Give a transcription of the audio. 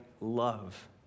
love